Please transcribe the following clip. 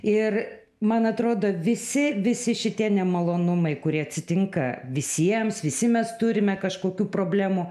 ir man atrodo visi visi šitie nemalonumai kurie atsitinka visiems visi mes turime kažkokių problemų